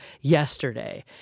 yesterday